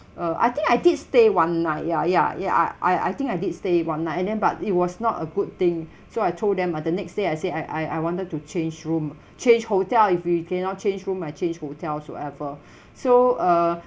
uh I think I did stay one night ya ya ya I I I think I did stay one night and then but it was not a good thing so I told them uh the next day I say I I I wanted to change room change hotel if we cannot change room I change hotel so ever so uh